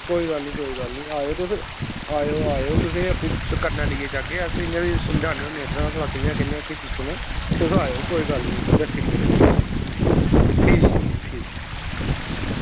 कोई गल्ल निं कोई गल्ल निं आयो तुस आयो आयो तुसेंगी आपूं कन्नै लेइयै जाह्गे ते इंया समझागै केह् सिस्टम ऐ इद्धर दा कोई गल्ल निं आयो तुस ठीक ऐ जी ठीक ऐ